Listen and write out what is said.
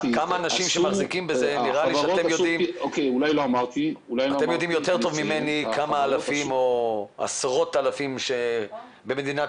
אתם יודעים טוב יותר ממני כמה עשרות אלפי אנשים במדינת